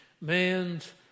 man's